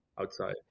outside